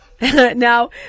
Now